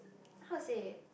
how to say